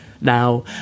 now